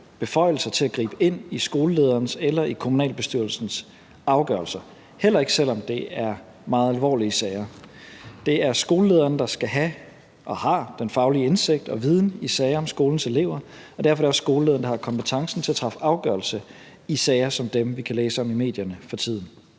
beføjelser til at gribe ind i skolelederens eller i kommunalbestyrelsens afgørelser, heller ikke selv om det er meget alvorlige sager. Det er skolelederen, der skal have og har den faglige indsigt og viden i sager om skolens elever, og derfor er det også skolelederen, der har kompetencen til at træffe afgørelse i sager som dem, vi kan læse om i medierne for tiden.